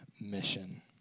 mission